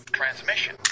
transmission